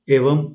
एवं